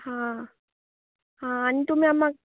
हां हां आनी तुमी आनी म्हाक